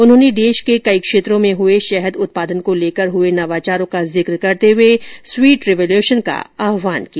उन्होंने देश के कई क्षेत्रों में हुए शहद उत्पादन को लेकर हुए नवाचारों का जिक्र करते हए स्वीट रिवोल्युशन का आहवान किया